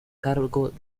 cargo